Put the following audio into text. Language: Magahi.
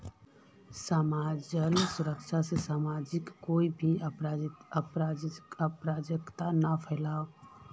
समाजेर सुरक्षा से समाजत कोई भी अराजकता ना फैले